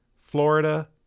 Florida